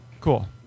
cool